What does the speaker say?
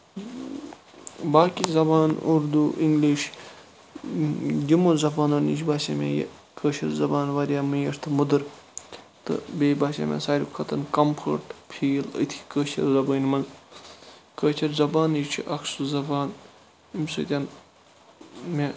باقٕے زَبان اُردوٗ اِنگلِش یِمو زَبانو نِش باسے مےٚ یہِ کٲشِر زَبان واریاہ میٖٹھ تہٕ بیٚیہِ مٔدٕر تہٕ بیٚیہِ باسیٚو مےٚ سارِوٕے کھۄتہٕ کَمفٲٹ فیٖل أتھۍ کٲشِر زَبان منٛز کٲشِر زَبانٕے چھِ اکھ سُہ زَبان ییٚمہِ سۭتۍ مےٚ